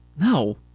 No